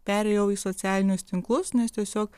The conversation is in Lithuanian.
perėjau į socialinius tinklus nes tiesiog